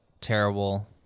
terrible